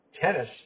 tennis